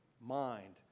mind